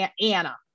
Anna